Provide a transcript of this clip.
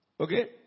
Okay